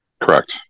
Correct